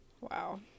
wow